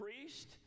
priest